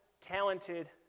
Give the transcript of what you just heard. talented